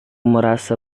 merasa